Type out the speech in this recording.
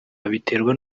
babiterwa